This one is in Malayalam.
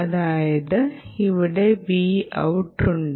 അതായത് ഇവിടെ Vout ഉണ്ട്